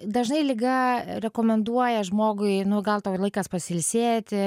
dažnai liga rekomenduoja žmogui nu gal tau laikas pasiilsėti